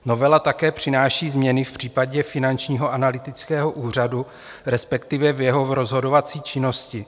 Novela také přináší změny v případě Finančního analytického úřadu, respektive v jeho rozhodovací činnosti.